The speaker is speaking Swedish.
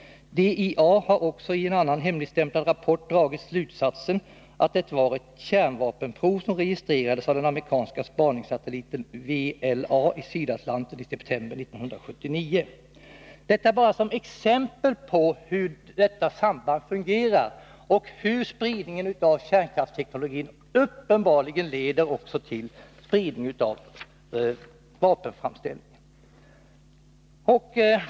DIA har också i en annan, hemligstämplad, rapport dragit slutsatsen att det var ett kärnvapenprov som registrerades av den amerikanska spaningssatelliten VELA i Sydatlanten i september 1979.” Detta är bara ett exempel på hur detta samband fungerar och hur spridningen av kärnkraftsteknologi uppenbarligen leder också till spridning av vapenframställning.